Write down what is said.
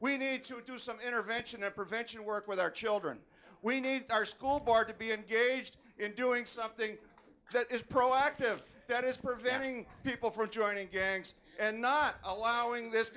we need to do some intervention and prevention work with our children we need our school board to be engaged in doing something that is proactive that is preventing people from joining yang's and not allowing this